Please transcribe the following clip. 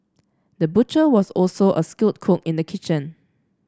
the butcher was also a skilled cook in the kitchen